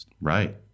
Right